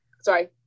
sorry